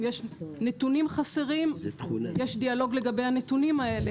אם יש נתונים חסרים יש דיאלוג לגבי הנתונים האלה,